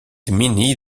gminy